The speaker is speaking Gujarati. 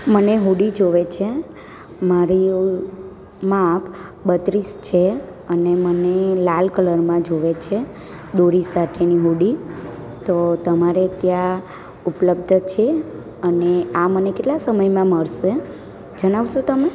મને હુડી જોઈએ છે મારે માપ બત્રીસ છે અને મને લાલ કલરમાં જોવે છે દોરી સાથેની હુડી તો તમારે ત્યાં ઉપલબ્ધ છે અને આ મને કેટલા સમયમાં મળશે જણાવશો તમે